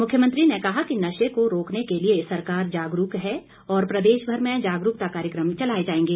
मुख्यमंत्री ने कहा कि नशे को रोकने के लिए सरकार जागरूक है और प्रदेशभर में जागरूकता कार्यक्रम चलाए जाएंगे